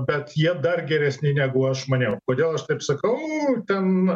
bet jie dar geresni negu aš maniau kodėl aš taip sakau ten